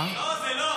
לא, זה לא.